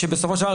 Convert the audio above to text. שבסופו של דבר,